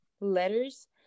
letters